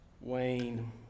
Wayne